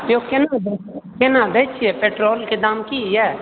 यौ केना दए केना दए छिऐ पेट्रोलके दाम की यऽ